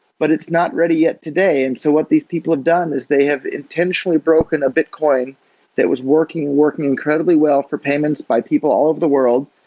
but it's not ready yet today. and so what these people have done is they have intentionally broken a bitcoin that was working and working incredibly well for payments by people all over the world.